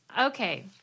Okay